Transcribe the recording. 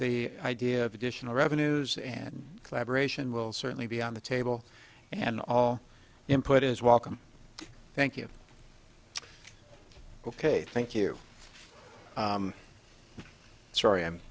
the idea of additional revenues and collaboration will certainly be on the table and all input is welcome thank you ok thank you sorry i'm